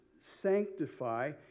sanctify